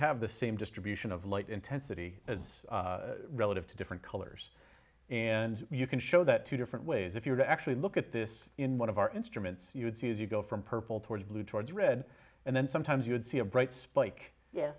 have the same distribution of light intensity as relative to different colors and you can show that two different ways if you were to actually look at this in one of our instruments you would see as you go from purple towards blue towards red and then sometimes you would see a bright spike